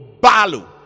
Balu